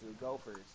Gophers